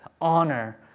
honor